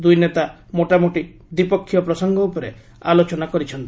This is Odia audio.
ଦୁଇ ନେତା ମୋଟାମୋଟି ଦ୍ୱିପକ୍ଷୀୟ ପ୍ରସଙ୍ଗ ଉପରେ ଆଲୋଚନା କରିଛନ୍ତି